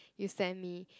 you send me